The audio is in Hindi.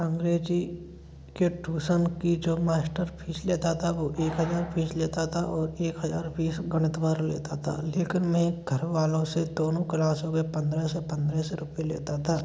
अंग्रेज़ी के टूसन की जो मास्टर फीस लेता था वो एक हज़ार फीस लेता था और एक हज़ार फीस गणित वाला लेता था लेकिन मैं घर वालों से दोनों क्लासों में पंद्रह सौ पंद्रह सौ रुपये लेता था